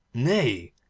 nay,